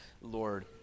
Lord